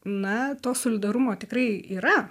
na to solidarumo tikrai yra